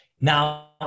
Now